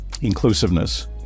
inclusiveness